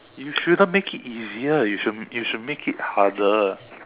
you shouldn't make it easier you should you should make it harder